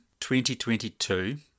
2022